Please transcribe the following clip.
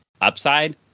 Upside